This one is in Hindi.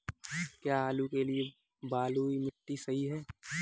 क्या आलू के लिए बलुई मिट्टी सही है?